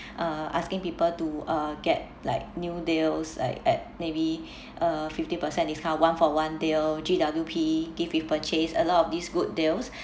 uh asking people to uh get like new deals like at maybe uh fifty percent discount one for one deal G_W_P gift with purchase a lot of these good deals